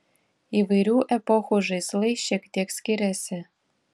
įvairių epochų žaislai šiek tiek skiriasi